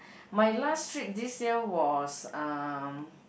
my last trip this year was um